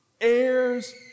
heirs